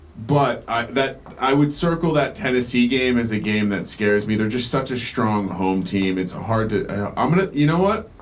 but i, that i would circle that tennessee game is a game that scares me. they're just such a strong home team. it's a hard to i'm to, and you know what,